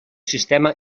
sistema